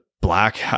black